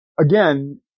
again